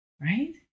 right